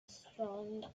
strong